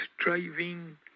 striving